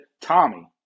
Tommy